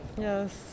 Yes